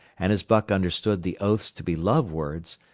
and as buck understood the oaths to be love words,